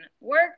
work